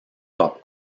pop